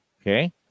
Okay